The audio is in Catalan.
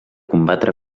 combatre